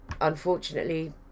unfortunately